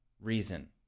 reason